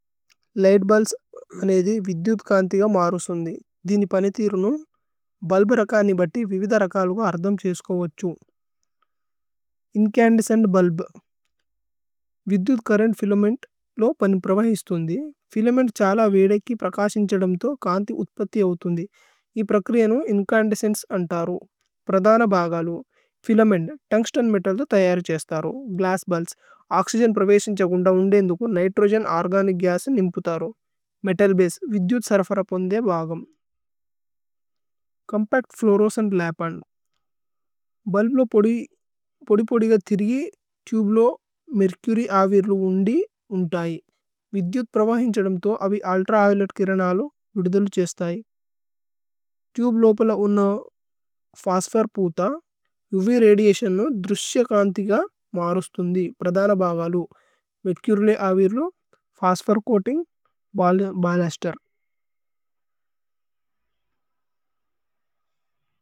Light bulbs അനേധി വിദ്യുധ് കാന്തിഗ। മാരുസുന്ധി ദിനി പനിതിരുനു ബുല്ബ് രഖാനി। ബത്തി വിവിദ രഖലുഗ അര്ധമ് ഛേസുകോവഛു। ഇന്ചന്ദേസ്ചേന്ത് ബുല്ബ് വിദ്യുധ് ചുര്രേന്ത് ഫിലമേന്ത്। ലോ പനിപ്രവഹിസ്ഥുന്ധി ഫിലമേന്ത് ഛല വീദക്കി। പ്രകാശിന്ഛദമ് തോ കാന്ഥി ഉത്പത്തി ഓഉഥുന്ധി। ഇ പ്രക്രിയനു ഇന്ചന്ദേസ്ചേന്ചേ അന്തരു പ്രദന ബഗലു। ഫിലമേന്ത് തുന്ഗ്സ്തേന് മേതല്ദോ തയരി ഛേസ്ഥരു। ഗ്ലസ്സ് ബുല്ബ്സ് ഓക്സ്യ്ഗേന് പ്രവേശിന്ഛഗുന്ദ ഉന്ദേ ഏന്ദുകു। നിത്രോഗേന് ഓര്ഗനിച് ഗസ്നു നിമ്പുതരു മേതല് ബസേ। വിദ്യുധ് സരഫരപുന്ധേ ബഗമ്। Compact fluorescent lamp and bulb ലോ പോദി। പോദി പോദിഗ ഥിരുഗി തുബേ ലോ। മേര്ചുര്യ് അവിര്ലു ഉന്ദി ഉന്തയി വിദ്യുധ്। പ്രവഹിന്ഛദമ് തോ അബി ഉല്ത്രവിഓലേത് കിരനലു। വിദുധലു ഛേസ്ഥയി തുബേ ലോപല ഉന്ന। ഫോസ്ഫോര് പൂഥ ഉവ് രദിഅതിഓന്നു। ദ്രുശ്യ കാന്തിഗ മാരുസുന്ധി പ്രദന ബഗലു। മേര്ചുര്യ് അവിര്ലു ഫോസ്ഫോര് ചോഅതിന്ഗ് ബിലുസ്തേര്।